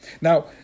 Now